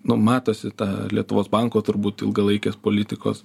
nu matosi ta lietuvos banko turbūt ilgalaikės politikos